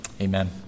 Amen